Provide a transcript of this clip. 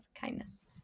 kindness